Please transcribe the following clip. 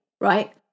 right